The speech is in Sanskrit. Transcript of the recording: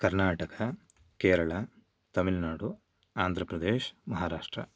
कर्नाटक केरला तमिळुनाडु आन्ध्रप्रदेश् महाराष्ट्र